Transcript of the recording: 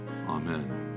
Amen